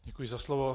Děkuji za slovo.